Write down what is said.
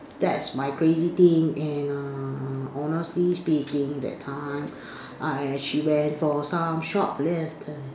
that's my crazy thing and err honestly speaking that time I she went for some shop lifting